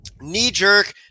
knee-jerk